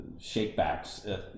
shakebacks